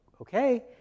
okay